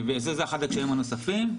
זה אחד הקשיים הנוספים.